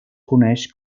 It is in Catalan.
coneix